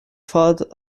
fad